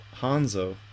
Hanzo